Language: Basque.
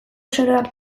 soroak